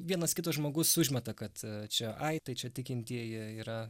vienas kitas žmogus užmeta kad čia ai tai čia tikintieji yra